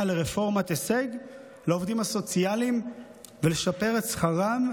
לרפורמת הישג לעובדים הסוציאליים ולשפר את שכרם?